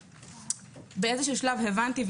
באיזשהו שלב הבנתי,